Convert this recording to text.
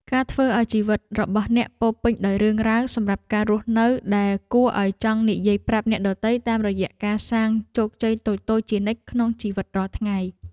ការធ្វើឱ្យជីវិតរបស់អ្នកពោរពេញដោយរឿងរ៉ាវសម្រាប់ការរស់នៅដែលគួរឱ្យចង់និយាយប្រាប់អ្នកដទៃតាមរយៈការសាងជោគជ័យតូចៗជានិច្ចក្នុងជីវិតរាល់ថ្ងៃ។